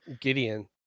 Gideon